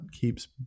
keeps